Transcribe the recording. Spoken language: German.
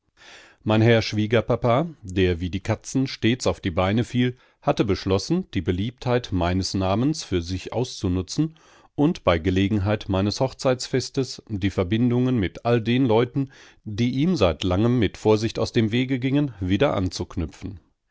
mein herr schwiegerpapa der wie die katzen stets auf die beine fiel hatte beschlossen die beliebtheit meines namens für sich auszunutzen und bei gelegenheit meines hochzeitsfestes die verbindungen mit all den leuten die ihm seit langem mit vorsicht aus dem wege gingen wieder anzuknüpfen